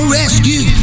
rescue